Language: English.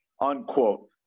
unquote